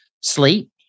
sleep